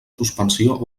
suspensió